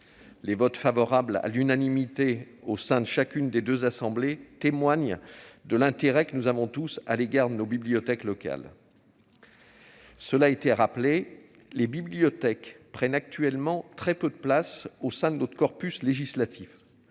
Les votes favorables, à l'unanimité, au sein de chacune des deux assemblées témoignent de l'intérêt que nous portons tous à nos bibliothèques locales. Cela a été rappelé, les bibliothèques prennent actuellement très peu de place au sein de notre corpus législatif.